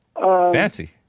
Fancy